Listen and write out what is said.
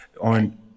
on